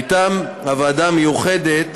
מטעם הוועדה המיוחדת,